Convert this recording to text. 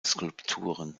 skulpturen